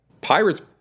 Pirates